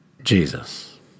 Jesus